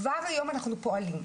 כבר היום אנחנו פועלים,